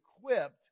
equipped